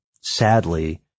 sadly